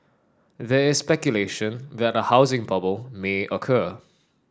there is speculation that a housing bubble may occur